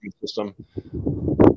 system